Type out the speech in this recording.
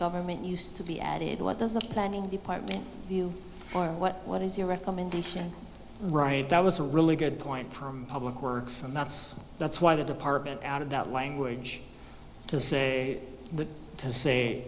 government used to be added what the planning department or what what is your recommendation right that was a really good point from public works and that's that's why the department out of that language to say what